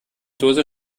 dose